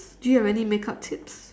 do you have any makeup tips